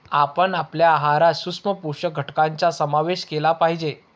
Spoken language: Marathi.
आपण आपल्या आहारात सूक्ष्म पोषक घटकांचा समावेश केला पाहिजे